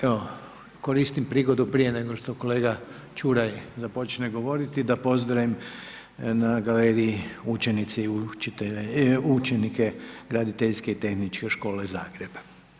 Evo, koristim prigodu prije nego što kolega Čuraj započne govoriti da pozdravim na galeriji učenice i učenike Graditeljske i tehničke škole Zagreb.